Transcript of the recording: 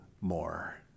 more